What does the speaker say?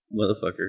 motherfucker